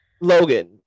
Logan